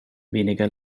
weniger